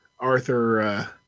Arthur